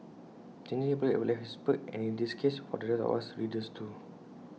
changing employers has its perks and in this case for the rest of us readers too